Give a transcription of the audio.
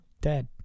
dead